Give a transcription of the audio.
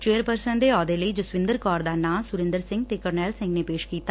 chairperson ਦੇ ਅਹੁਦੇ ਲਈ ਜਸਵਿੰਦਰ ਕੌਰ ਦਾ ਨਾਂ ਸੁਰਿੰਦਰ ਸਿੰਘ ਤੇ ਕਰਨੈਲ ਸਿੰਘ ਨੇ ਪੇਸ਼ ਕੀਤਾ